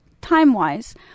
time-wise